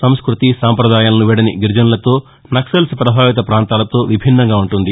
సంస్మృతి సంప్రదాయాలను వీడని గిరిజనులతో నక్సల్స్ ప్రభావిత పాంతాలతో విభిన్నంగా ఉంటుంది